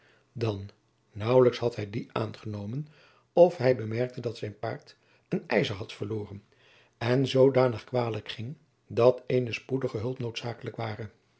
dan naauwelijks had hij dien aangenomen of hij bemerkte dat zijn paard een ijzer had verloren en zoodanig kwalijk ging dat eene spoedige hulp noodzakelijk ware